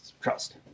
trust